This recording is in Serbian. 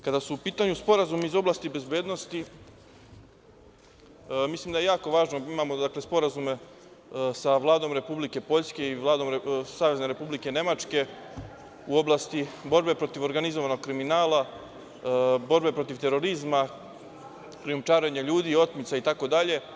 Kada su u pitanju sporazumi iz oblasti bezbednosti, mislim da je jako važno, dakle, imamo sporazume sa Vladom Republike Poljske i Vladom Savezne Republike Nemačke u oblasti borbe protiv organizovanog kriminala, borbe protiv terorizma, krijumčarenja ljudi, otmica itd.